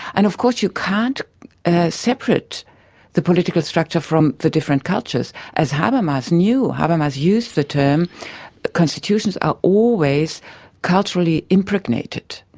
and of course you can't separate the political structure from the different cultures, as habermas knew. habermas used the term constitutions are always cultural impregnated.